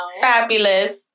Fabulous